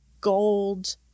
gold